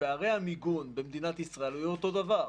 פערי המיגון במדינת ישראל היו אותו דבר.